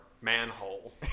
manhole